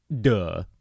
Duh